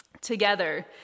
Together